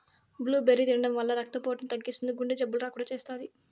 blueberry తినడం వల్ల రక్త పోటును తగ్గిస్తుంది, గుండె జబ్బులు రాకుండా చేస్తాది